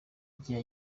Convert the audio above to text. gihe